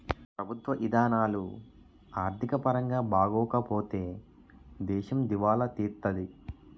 ప్రభుత్వ ఇధానాలు ఆర్థిక పరంగా బాగోపోతే దేశం దివాలా తీత్తాది